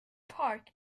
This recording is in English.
park